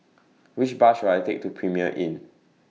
Which Bus should I Take to Premier Inn